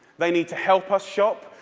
they need to help us shop.